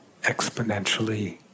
exponentially